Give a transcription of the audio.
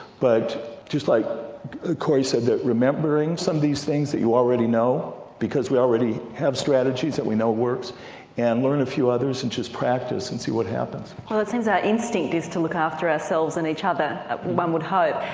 but just like corey said, that remembering some of these things that you already know because we already have strategies that we know work and learn a few others and just practise and see what happens. well it seems our instinct is to look after ourselves and each other one would hope.